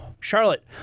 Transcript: Charlotte